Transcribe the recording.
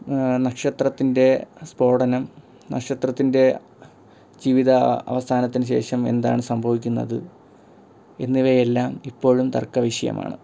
നക്ഷത്രത്തിൻ്റെ സ്ഫോടനം നക്ഷത്രത്തിൻ്റെ ജീവിത അവസാനത്തിന് ശേഷം എന്താണ് സംഭവിക്കുന്നത് എന്നിവയെല്ലാം ഇപ്പോഴും തർക്ക വിഷയമാണ്